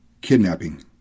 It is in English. Kidnapping